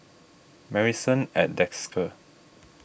Marrison at Desker